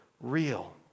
real